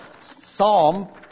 Psalm